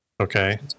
Okay